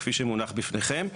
כפי שמונח בפניכם.